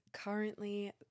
Currently